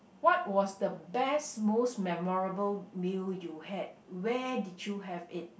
what was the best most memorable meal you had where did you have it